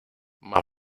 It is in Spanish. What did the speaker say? más